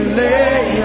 lay